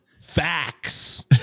facts